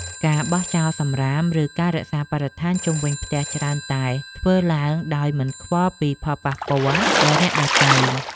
ការបោះចោលសម្រាម ឬការរក្សាបរិស្ថានជុំវិញផ្ទះច្រើនតែធ្វើឡើងដោយមិនខ្វល់ពីផលប៉ះពាល់ដល់អ្នកដទៃ។